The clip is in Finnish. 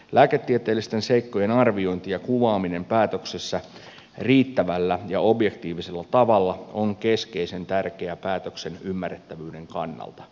lääketieteellisten seikkojen arviointi ja kuvaaminen päätöksessä riittävällä ja objektiivisella tavalla on keskeisen tärkeä päätöksen ymmärrettävyyden kannalta